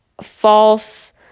false